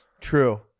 True